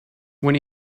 when